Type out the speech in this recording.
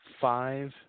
Five